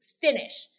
finish